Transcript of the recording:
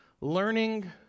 Learning